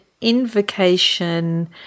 invocation